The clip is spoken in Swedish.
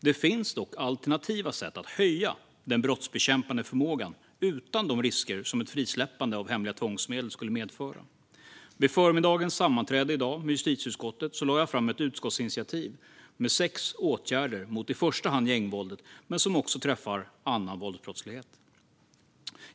Det finns dock alternativa sätt att höja den brottsbekämpande förmågan, utan de risker som ett frisläppande av hemliga tvångsmedel skulle medföra. Vid förmiddagens sammanträde i justitieutskottet i dag lade jag fram ett förslag till utskottsinitiativ med sex åtgärder mot i första hand gängvåldet men som också träffar annan våldsbrottslighet.